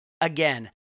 again